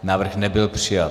Návrh nebyl přijat.